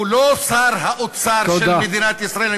הוא לא שר האוצר של מדינת ישראל, תודה.